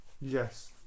Yes